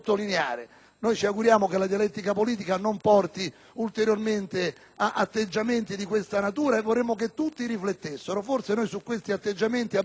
Noi ci auguriamo che la dialettica politica non porti ulteriormente ad atteggiamenti di questa natura e vorremmo che tutti riflettessero. Forse noi su questi atteggiamenti abbiamo avuto